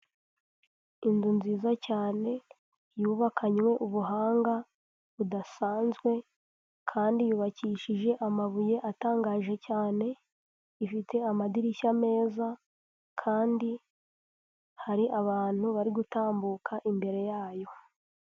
Inzu nziza cyane yubakanywe ubuhanga budasanzwe kandi yubakishije amabuye atangaje cyane ifite amadirishya meza kandi hari abantu bari gutambuka imbere yayo.